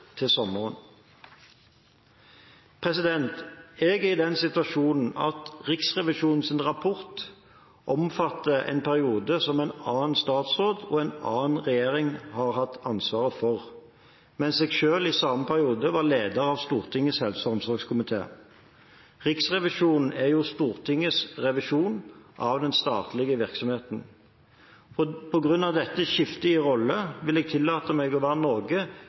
til sommeren. Jeg er i den situasjonen at Riksrevisjonens rapport omfatter en periode som en annen statsråd og en annen regjering har hatt ansvaret for, mens jeg selv i samme periode var leder av Stortingets helse- og omsorgskomité. Riksrevisjonen er Stortingets revisjon av den statlige virksomheten. På grunn av dette skiftet i rolle vil jeg tillate meg å være